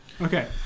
Okay